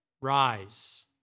rise